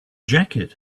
jacket